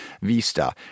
vista